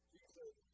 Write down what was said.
Jesus